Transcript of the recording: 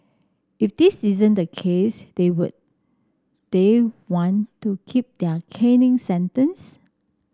if this isn't the case they would they want to keep their caning sentence